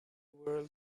world